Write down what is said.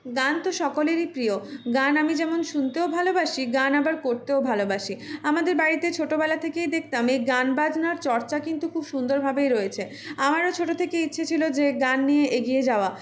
গান তো সকলেরই প্রিয় গান আমি যেমন শুনতেও ভালোবাসি গান আবার করতেও ভালোবাসি আমাদের বাড়িতে ছোটোবেলা থেকেই দেখতাম এই গান বাজনার চর্চা কিন্তু খুব সুন্দরভাবেই রয়েছে আমারও ছোটো থেকেই ইচ্ছে ছিল যে গান নিয়ে এগিয়ে যাওয়া